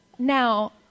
Now